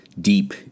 deep